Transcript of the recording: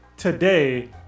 Today